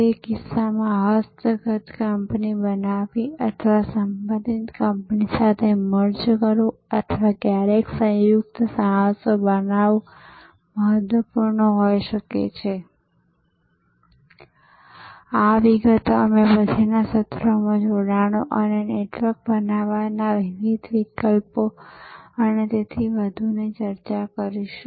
તે કિસ્સામાં હસ્તગત કંપની બનાવવી અથવા સંબંધિત કંપની સાથે મર્જ કરવું અથવા ક્યારેક સંયુક્ત સાહસો બનાવવું મહત્વપૂર્ણ હોઈ શકે છે આ વિગતો અમે પછીના સત્રોમાં જોડાણો અને નેટવર્ક બનાવવાના વિવિધ વિકલ્પો અને તેથી વધુની ચર્ચા કરીશું